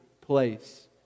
place